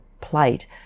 plate